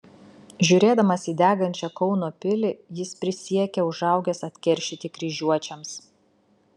žiūrėdamas į degančią kauno pilį jis prisiekė užaugęs atkeršyti kryžiuočiams